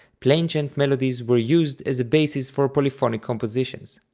plainchant melodies were used as a basis for polyphonic compositions.